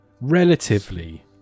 relatively